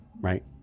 right